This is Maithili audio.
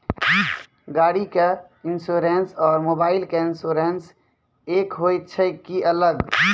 गाड़ी के इंश्योरेंस और मोबाइल के इंश्योरेंस एक होय छै कि अलग?